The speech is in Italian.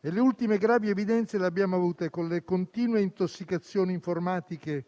le ultime gravi evidenze le abbiamo avute con le continue intossicazioni informatiche